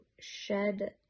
shed